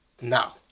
now